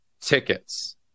tickets